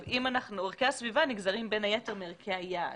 ערכי הסביבה נגזרים בין היתר מערכי היעד.